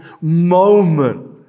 moment